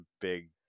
big